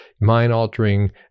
mind-altering